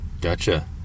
Gotcha